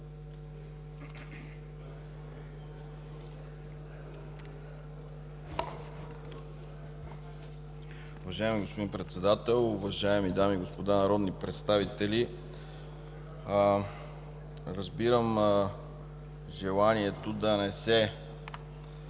Уважаеми господин Председател, уважаеми дами и господа народни представители! Разбирам желанието да не се